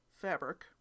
fabric